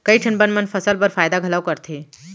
कई ठन बन मन फसल बर फायदा घलौ करथे